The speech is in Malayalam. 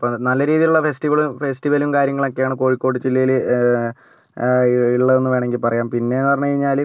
അപ്പം നല്ല രീതിയിലുള്ള ഫെസ്റ്റിവളും ഫെസ്റ്റിവലും കാര്യങ്ങളൊക്കെയാണ് കോഴിക്കോട് ജില്ലയില് ഇള്ളതെന്ന് വേണമെങ്കിൽ പറയാം പിന്നെ എന്നു പറഞ്ഞു കഴിഞ്ഞാല്